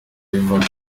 riva